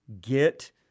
get